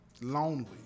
lonely